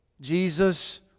Jesus